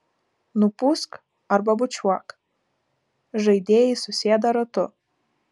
nupūsk arba bučiuok žaidėjai susėda ratu